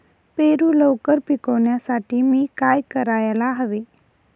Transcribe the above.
पेरू लवकर पिकवण्यासाठी मी काय करायला हवे?